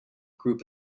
group